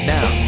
Now